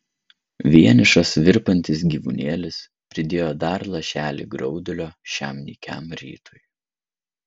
vienišas virpantis gyvūnėlis pridėjo dar lašelį graudulio šiam nykiam rytui